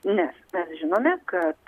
nes mes žinome kad